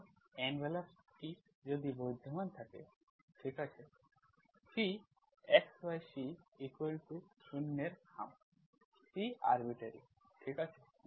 সুতরাং এনভেলাপ টি যদি বিদ্যমান থাকে ঠিক আছে xyC0 এর খামC আরবিট্রারি ঠিক আছে